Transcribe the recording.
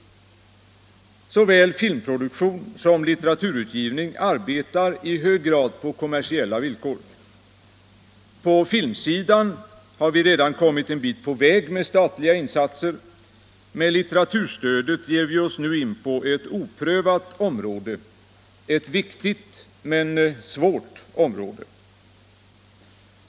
Såväl filmproduktion som litteraturutgivning arbetar i hög grad på kommersiella villkor. På filmsidan har vi redan kommit en bit på väg med statliga insatser. Med litteraturstödet ger vi oss nu in på ett oprövat område, ett viktigt men svårt.